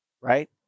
right